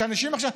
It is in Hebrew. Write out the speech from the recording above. שאנשים עכשיו,